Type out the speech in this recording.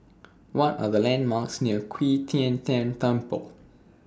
What Are The landmarks near Qi Tian Tan Temple